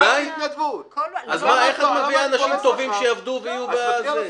אז איך את מביאה אנשים טובים ש --- בהתנדבות?